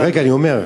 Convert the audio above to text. רגע, אני אומר.